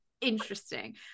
interesting